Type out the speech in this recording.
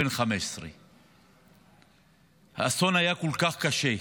בן 15. האסון היה כל כך קשה,